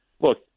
look